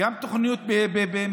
גם תוכנית מפורטת,